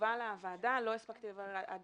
לא הספקתי לברר.